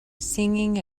singing